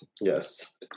Yes